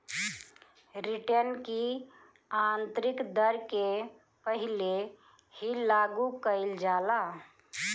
return की आतंरिक दर के पहिले ही लागू कईल जाला